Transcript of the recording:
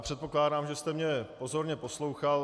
Předpokládám, že jste mě pozorně poslouchal.